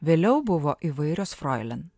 vėliau buvo įvairios froilen